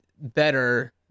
better